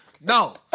No